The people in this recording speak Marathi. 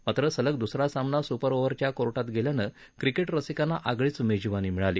मात्र सलग दुसरा सामना सूपर ओव्हरच्या कोर्टात गेल्यानं क्रिकेट रसिकांना आगळीच मेजवानी मिळाली